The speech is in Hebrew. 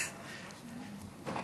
נכון.